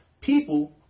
people